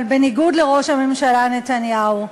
אבל בניגוד לראש הממשלה נתניהו,